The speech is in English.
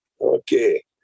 Okay